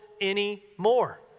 anymore